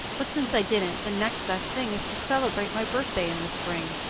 but since i didn't, the next best thing is to celebrate my birthday in the spring.